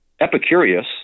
Epicurus